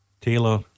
Taylor